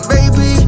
Baby